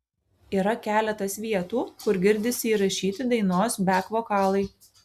yra keletas vietų kur girdisi įrašyti dainos bek vokalai